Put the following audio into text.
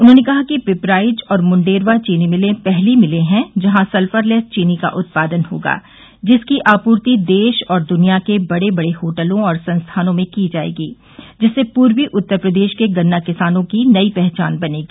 उन्होंने कहा कि पिपराइच और मुंडेरवा चीनी मिले पहली मिलें है जहां सल्फरलेस चीनी का उत्पादन होगा जिसकी आपूर्ति देश दुनिया के बड़े बड़े होटलों और संस्थानों में जायेगी जिससे पूर्वी उत्तर प्रदेश के गन्ना किसानों की नई पहचान बनेगी